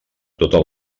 tota